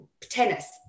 tennis